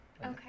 Okay